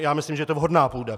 Já myslím, že je to vhodná půda.